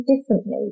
differently